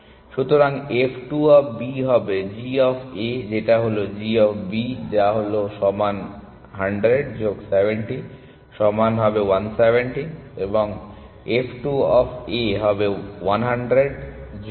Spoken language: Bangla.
সুতরাং f 2 অফ B হবে g অফ A যেটা হলো g অফ B যা হলো সমান 100 যোগ 70 সমান হবে 170 এবং f 2 অফ A হবে 100 যোগ 80 এর সমান 180